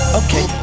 okay